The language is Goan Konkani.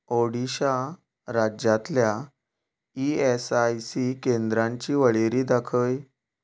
ओडिशा राज्यांतल्या ईएसआयसी केंद्रांची वळेरी दाखय